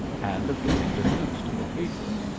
and of getting the news to the paper,